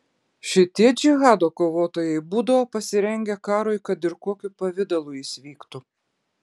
šitie džihado kovotojai būdavo pasirengę karui kad ir kokiu pavidalu jis vyktų